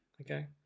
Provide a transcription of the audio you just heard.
okay